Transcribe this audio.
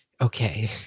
okay